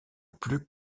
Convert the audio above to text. plus